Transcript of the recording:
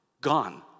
gone